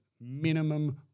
minimum